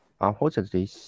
Unfortunately